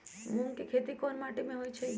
मूँग के खेती कौन मीटी मे होईछ?